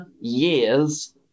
years